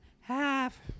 half